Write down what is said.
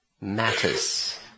matters